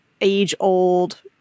age-old